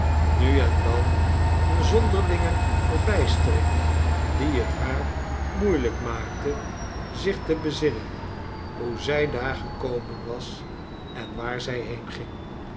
nu en dan eene zonderlinge verbijstering die het haar moeielijk maakte zich te bezinnen hoe zij daar gekomen was en waar zij